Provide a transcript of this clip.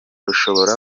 rushobora